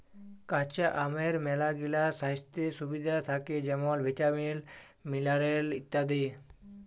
কাঁচা আমের ম্যালাগিলা স্বাইস্থ্য সুবিধা থ্যাকে যেমল ভিটামিল, মিলারেল ইত্যাদি